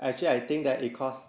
actually I think that it cost